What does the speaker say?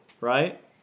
right